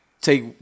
take